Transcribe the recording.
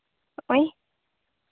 ᱦᱚᱜᱼᱚᱸᱭ